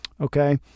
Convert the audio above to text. Okay